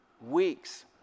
weeks